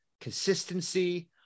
consistency